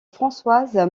françoise